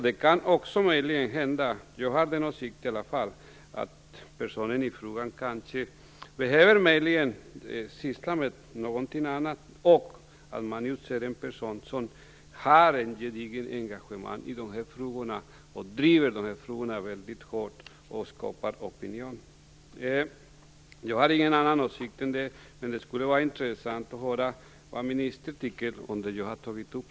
Det kan också möjligen hända, jag har i alla fall den åsikten, att personen i fråga behöver syssla med någonting annat och att man utser en person som har ett gediget engagemang i de här frågorna, driver dem mycket hårt och skapar opinion. Jag har ingen annan åsikt, men det skulle vara intressant att höra vad ministern tycker om det jag senast har tagit upp.